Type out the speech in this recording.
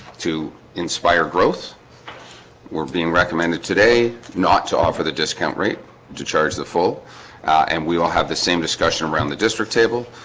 to inspire growth were being recommended today not to offer the discount rate to charge the full and we all have the same discussion around the district table.